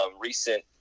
recent